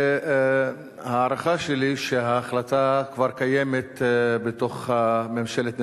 וההערכה שלי היא שההחלטה כבר קיימת בממשלת נתניהו-ברק,